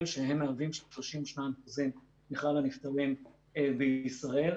שמהווים 32% מכלל הנפטרים בישראל,